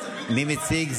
מי מציג?